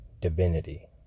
divinity